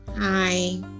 hi